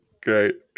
Great